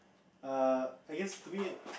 err I guess to me